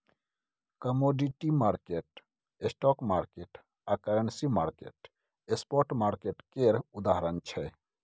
commodity market, stock market आ currency market spot market केर उदाहरण छै